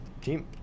team